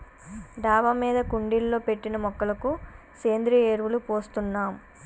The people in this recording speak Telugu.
డాబా మీద కుండీలలో పెట్టిన మొక్కలకు సేంద్రియ ఎరువులు పోస్తున్నాం